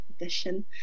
edition